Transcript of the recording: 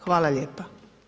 Hvala lijepa.